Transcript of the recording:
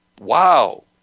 wow